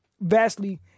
vastly